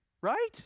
right